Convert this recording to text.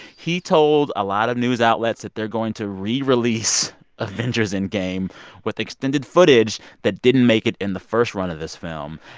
he told a lot of news outlets that they're going to rerelease avengers endgame with extended footage that didn't make it in the first run of this film.